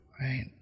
right